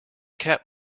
cap